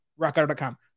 RockAuto.com